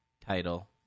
title